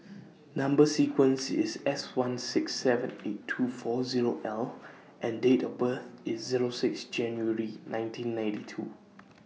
Number sequence IS S one six seven eight two four Zero L and Date of birth IS Zero six January nineteen ninety two